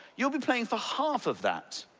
you'll be playing for half of that,